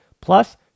Plus